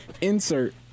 Insert